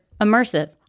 immersive